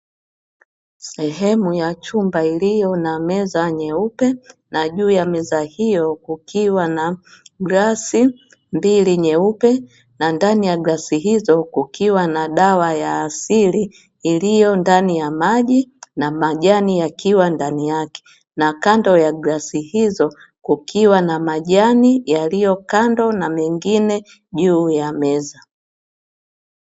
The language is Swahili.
Sehemu ya chumba iliyo na meza nyeupe, na juu ya meza hio kukiwa na glasi mbili nyeupe, na ndani ya glasi hizo kukiwa na dawa ya asili iliyo ndani ya maji na majani yakiwa ndani yake, na kando ya glasi hizo kukiwa na majani yaliyokando na mengine juu ya meza.